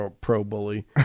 pro-bully